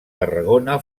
tarragona